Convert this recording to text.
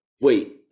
wait